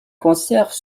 conserve